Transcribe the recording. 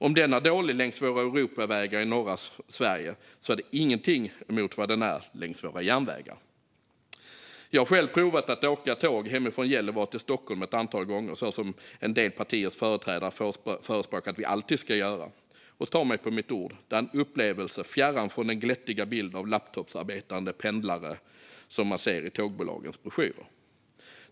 Om den är dålig längs våra Europavägar i norra Sverige är det ingenting mot vad den är längs våra järnvägar. Jag har själv provat att åka tåg hemifrån Gällivare till Stockholm ett antal gånger, så som en del partiers företrädare förespråkar att vi alltid ska göra. Och tro mig på mitt ord - det är en upplevelse fjärran från den glättiga bild av laptopsarbetande pendlare man ser i tågbolagens broschyrer.